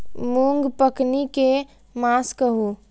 मूँग पकनी के मास कहू?